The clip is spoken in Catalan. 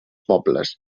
pobles